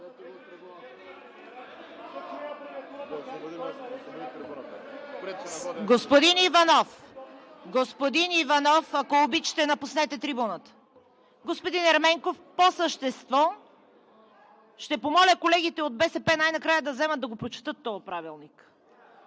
Господин Иванов, ако обичате, напуснете трибуната! Господин Ерменков, по същество? Ще помоля, колегите, от БСП най-накрая да вземат да го прочетат този Правилник.